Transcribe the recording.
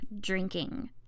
drinking